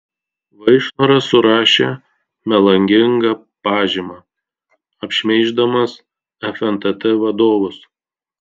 vaišnoras surašė melagingą pažymą apšmeiždamas fntt vadovus